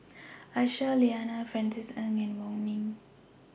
Aisyah Lyana Francis Ng and Wong Ming